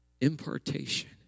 Impartation